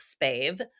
Spave